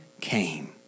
came